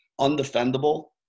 undefendable